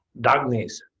Darkness